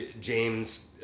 James